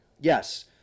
Yes